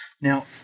Now